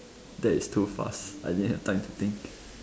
that is too fast I didn't have time to think